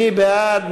מי בעד?